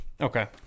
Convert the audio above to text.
Okay